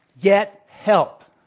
get help.